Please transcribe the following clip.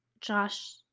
Josh